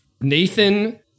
Nathan